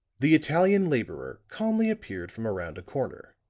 the italian laborer calmly appeared from around a corner,